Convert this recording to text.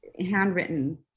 handwritten